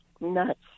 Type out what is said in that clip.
nuts